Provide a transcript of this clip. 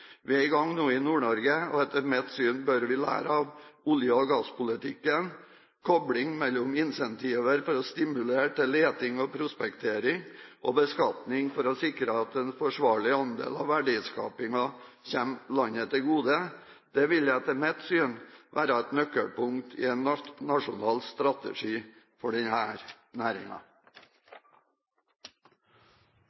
Vi er i gang nå i Nord-Norge. Etter mitt syn bør vi lære av olje- og gasspolitikken. Koblingen mellom incentiver for å stimulere til leting og prospektering og beskatning for å sikre at en forsvarlig andel av verdiskapingen kommer landet til gode, vil, etter mitt syn, være et nøkkelpunkt i en nasjonal strategi for denne næringa.